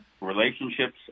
relationships